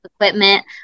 equipment